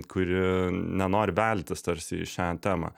kuri nenori veltis tarsi į šią temą